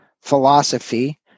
philosophy